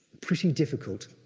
pretty difficult